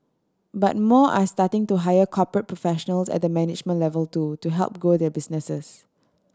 but more are starting to hire corporate professionals at the management level too to help grow their businesses